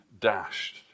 dashed